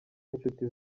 n’inshuti